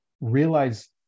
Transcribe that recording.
realize